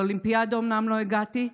לאולימפיאדה אומנם לא הגעתי,